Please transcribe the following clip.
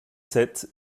sept